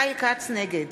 נגד